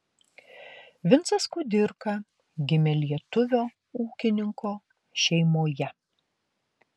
vincas kudirka gimė lietuvio ūkininko šeimoje